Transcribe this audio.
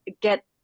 get